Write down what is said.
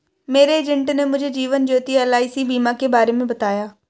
मेरे एजेंट ने मुझे जीवन ज्योति एल.आई.सी बीमा के बारे में बताया